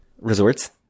resorts